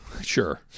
sure